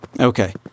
Okay